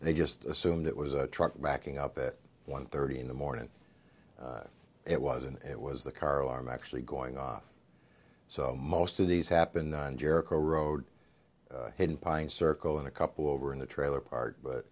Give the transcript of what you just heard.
and they just assumed it was a truck backing up it one thirty in the morning it was and it was the car alarm actually going off so most of these happened in jericho road hidden pine circle in a couple over in the trailer park but